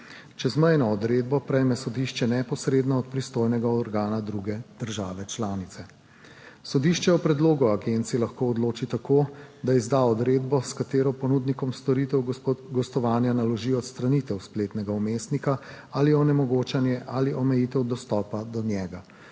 Čezmejno odredbo prejme sodišče neposredno od pristojnega organa druge države članice. Sodišče o predlogu agencije lahko odloči tako, da izda odredbo, s katero ponudnikom storitev gostovanja naloži odstranitev spletnega vmesnika ali onemogočanje ali omejitev dostopa do njega.